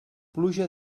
pluja